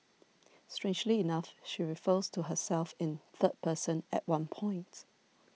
strangely enough she refers to herself in third person at one point